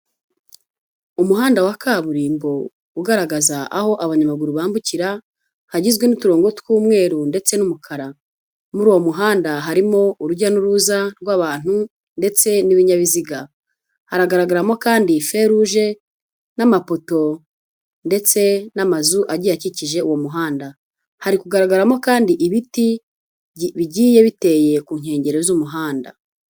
Umuhanda wa kaburimbo ugaragaza aho abanyamaguru bambukira hagizwe n'uturongo tw'umweru ndetse n'umukara muri uwo muhanda harimo urujya n'uruza rw'abantu ndetse n'ibinyabiziga haragaragaramo kandi ferouge n'amapoto ndetse n'amazu agiye akikije uwo muhanda hari kugaragaramo kandi ibiti bigiye biteye ku nkengero z'umuhanda.